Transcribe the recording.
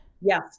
Yes